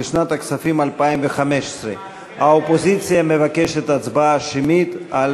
לשנת הכספים 2015. האופוזיציה מבקשת הצבעה שמית על